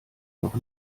noch